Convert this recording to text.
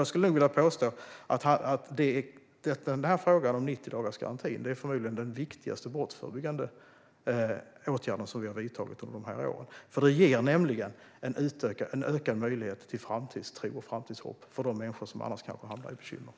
Jag skulle vilja påstå att frågan om 90-dagarsgarantin förmodligen är den viktigaste brottsförebyggande åtgärd som vi har vidtagit under de här åren. Detta ger nämligen en ökad möjlighet till framtidstro och framtidshopp för de människor som annars kanske hamnar i bekymmer.